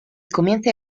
comienza